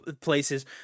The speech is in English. places